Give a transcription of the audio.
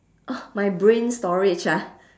oh my brain storage ah